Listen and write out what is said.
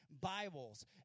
Bibles